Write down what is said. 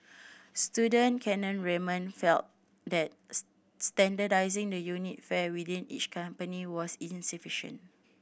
student Kane Raymond felt that standardising the unit fare within each company was insufficient